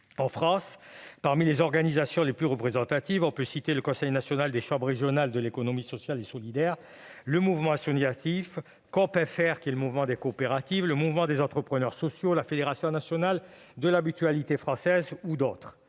En France, parmi les organisations les plus représentatives, on peut citer le Conseil national des chambres régionales de l'économie sociale et solidaire, le CNCress, le Mouvement associatif, Coop FR, qui est le mouvement des coopératives, le Mouvement des entrepreneurs sociaux, ou Mouves, la Fédération nationale de la mutualité française, et j'en